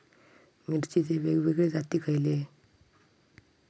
मिरचीचे वेगवेगळे जाती खयले?